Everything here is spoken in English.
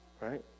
right